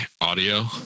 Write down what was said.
audio